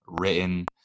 written